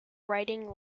writing